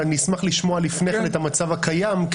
אבל אני אשמח לשמוע לפני כן את המצב הקיים.